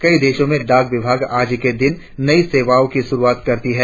कई देशों में डाक विभाग आज के दिन नई सेवाओं की शुरुआत करता है